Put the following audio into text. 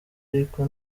ariko